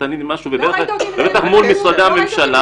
כשתנהלי משהו ובטח מול משרד הממשלה